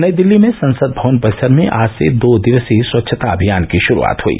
नई दिल्ली में संसद भवन परिसर में आज से दो दिवसीय स्वच्छता अभियान की शुरूआत हुई